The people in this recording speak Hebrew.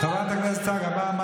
שווה להקשיב.